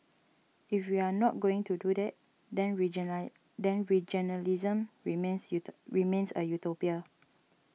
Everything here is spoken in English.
if we are not going to do that then region line then regionalism remains remains a utopia